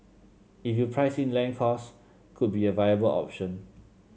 if you price in land costs could be a viable option